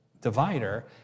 divider